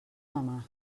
mamà